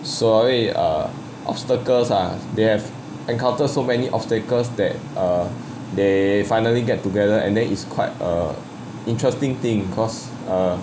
所谓 uh obstacles ah they have encounter so many obstacles that err they finally get together and is quite interesting thing cause err